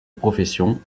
profession